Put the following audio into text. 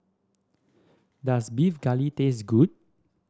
does Beef Galbi taste good